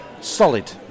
Solid